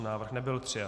Návrh nebyl přijat.